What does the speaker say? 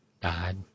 died